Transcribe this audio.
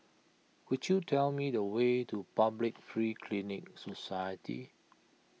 could you tell me the way to Public Free Clinic Society